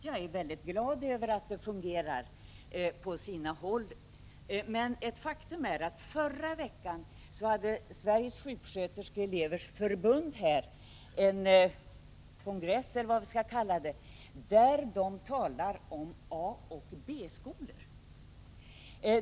Jag är glad över att det fungerar på sina håll, men i förra veckan hade Sveriges sjuksköterskeelevers förbund en kongress, om man får kalla det så, där man bl.a. talade om A och B-skolor.